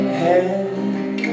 head